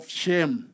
shame